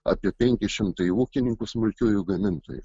apie penki šimtai ūkininkų smulkiųjų gamintojų